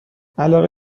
علاقه